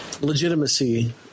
legitimacy